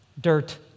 Dirt